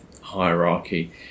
hierarchy